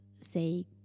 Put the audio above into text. say